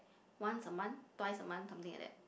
once a month twice a month something like that